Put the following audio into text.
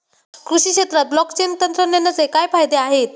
कृषी क्षेत्रात ब्लॉकचेन तंत्रज्ञानाचे काय फायदे आहेत?